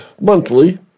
monthly